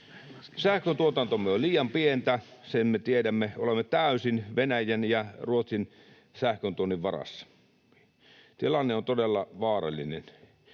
Sähköntuotantomme on liian pientä, sen me tiedämme. Olemme täysin Venäjän ja Ruotsin sähköntuonnin varassa. Tilanne on todella vaarallinen.